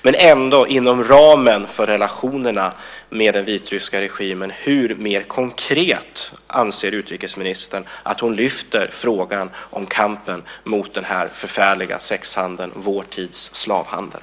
Men ändå: Inom ramen för relationerna med den vitryska regimen - hur, mer konkret, anser utrikesministern att hon lyfter frågan om kampen mot den här förfärliga sexhandeln, vår tids slavhandel?